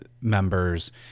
members